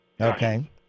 Okay